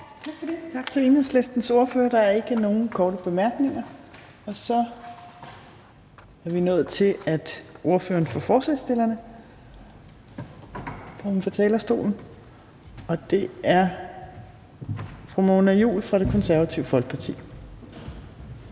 Torp): Tak til Enhedslistens ordfører. Der er ikke nogen korte bemærkninger. Så er vi nået til, at ordføreren for forslagsstillerne kommer på talerstolen, og det er fru Mona Juul fra Det Konservative Folkeparti.